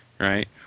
right